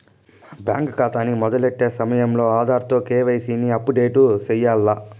bank కాతాని మొదలెట్టే సమయంలో ఆధార్ తో కేవైసీని అప్పుడేటు సెయ్యాల్ల